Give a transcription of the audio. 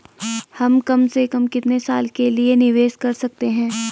हम कम से कम कितने साल के लिए निवेश कर सकते हैं?